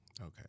Okay